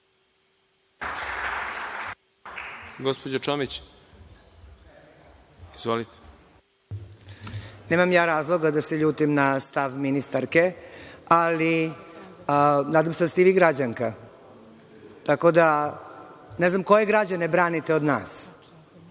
**Gordana Čomić** Nemam ja razloga da se ljutim na stav ministarke, ali nadam se da ste i vi građanka, tako da ne znam koje građane branite od nas?